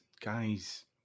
guys